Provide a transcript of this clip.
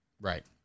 Right